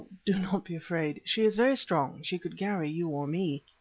do not be afraid, she is very strong, she could carry you or me.